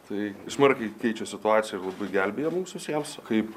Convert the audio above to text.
tai smarkiai keičia situaciją labai gelbėja mums visiems kaip